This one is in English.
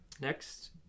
next